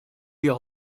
wir